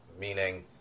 meaning